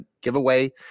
giveaway